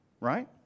right